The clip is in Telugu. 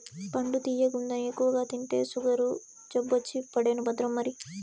పండు తియ్యగుందని ఎక్కువగా తింటే సుగరు జబ్బొచ్చి పడేను భద్రం మరి